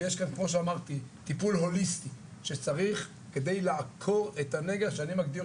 ויש כאן כמו שאמרתי טיפול הוליסטי שצריך כדי לעקור את הנגע שאני מגדיר